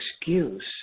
excuse